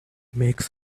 makes